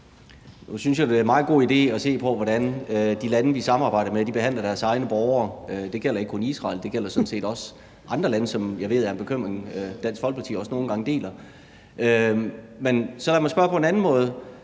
det er en meget god idé at se på, hvordan de lande, vi samarbejder med, behandler deres egne borgere. Det gælder ikke kun Israel. Det gælder sådan set også andre lande, som jeg ved er genstand for en bekymring, som Dansk Folkeparti også nogle gange deler. Men så lad mig spørge på en anden måde: